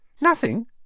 Nothing